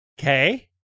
Okay